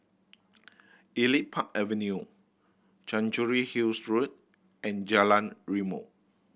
Elite Park Avenue Chancery Hills Road and Jalan Rimau